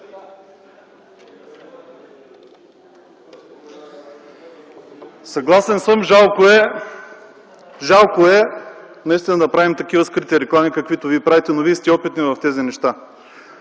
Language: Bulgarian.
Съгласен съм, жалко е наистина да правим такива скрити реклами, каквито вие правите, но вие сте опитни в тези неща.